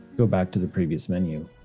go back to the previous menu.